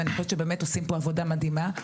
ואני חושבת שבאמת עושים פה עבודה מדהימה.